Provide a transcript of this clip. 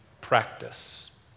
practice